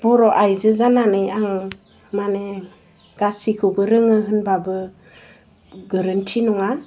बर' आइजो जानानै आं मानि गासैखौबो रोङो होनबाबो गोरोन्थि नङा